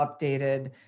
updated